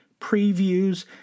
previews